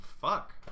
fuck